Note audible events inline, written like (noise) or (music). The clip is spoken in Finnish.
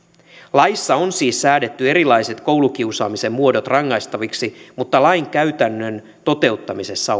laissa on siis säädetty erilaiset koulukiusaamisen muodot rangaistaviksi mutta lain käytännön toteuttamisessa (unintelligible)